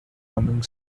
humming